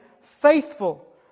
faithful